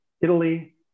Italy